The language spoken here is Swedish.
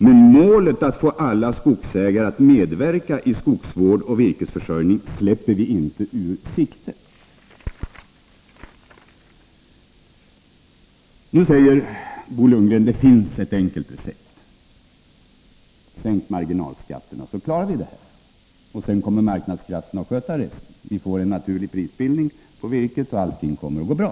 Men målet att få alla skogsägare att medverka i skogsvård och virkesförsörjning släpper vi inte ur sikte. Nu säger Bo Lundgren att det finns ett enkelt sätt: Sänk marginalskatterna, så klarar vi det här. Sedan kommer marknadskrafterna att sköta resten. Vi får en naturlig prisbildning på virket, och allting kommer att gå bra.